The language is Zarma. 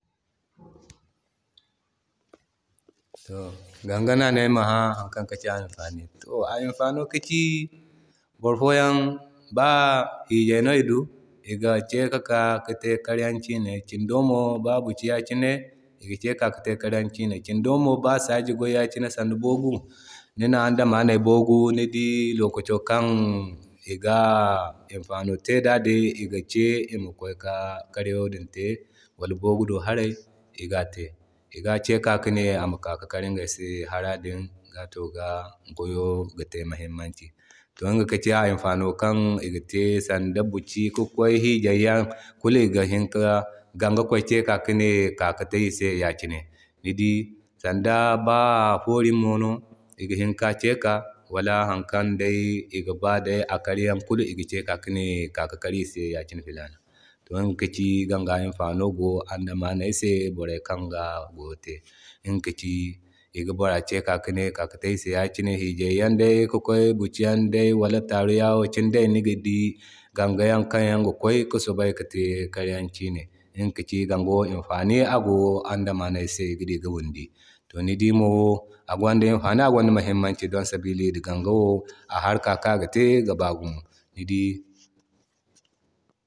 Ganga no ane ayma ha hankan no kaki a amfano. To a imfano ka ci boro foyaŋ ba hijay no i doo iga ce ka ka ki te karyaŋ kine. Kin do mo ba biki ya kine iga ke kika kite karyaŋ kine. Kindo mo ba saaji goy ya kine sanda boogu, nima ma andamay ga ne boogu ni dii lokaci kan iga imfano te da din iga kee ima kway ka karyan din te zama boogu do hara iga ce. Iga ce ki ka ki ne ama kar iŋgay se hara din satoga goyo ga te muhimmanci. To iga ka ci a imfano kan aga te sanda biki kikway hijay yan kulu iga hina ka danga ce kine kaki kway kite iri se ya kine. Ni dii sanda ba foori mo no iga hini ka ce ka wala har kan day igaba akaryaŋ kulu iga ke ka kine kaki kary iri se yakine fila na. To iŋga ka ci ganga imfano go andamane se boray kan ga goyo te. Iga ka ci iga bora ke kine ka kite ayse yakine hijay yanday ki kway biki Yan wala taro yawo yakine niga di ganga yan kanyan ga kway ki sobay ki te karyan ki ne. Iŋga kaci ganga wo imfano a go no andamey se ki diki windi. To ni dii mo agwanda imfani agwanda muhimmanci don sabili gangawo a harka kan aga te ga ba gumo.